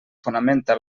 fonamenta